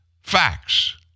Facts